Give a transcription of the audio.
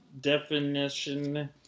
definition